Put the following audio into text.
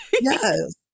Yes